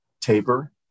taper